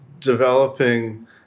developing